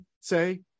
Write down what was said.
say